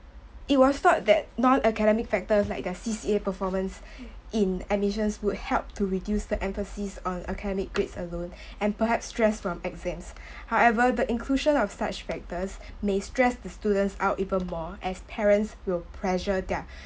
it was thought that non academic factors like the C_C_A performance in admissions would help to reduce the emphasis on academic grades alone and perhaps stress from exams however the inclusion of such factors may stress the students out even more as parents will pressure their